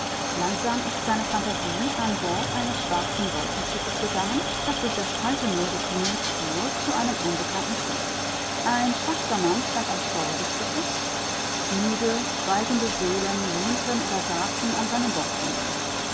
langsam ist seine phantasie an bord eines schwarzen wolkenschiffes gegangen das durch das kalte meer des himmels fuhr zu einem unbekannten ziele ein schwarzer mann stand am steuer des schiffes müde schweigende seelen lehnten oder saßen an seinen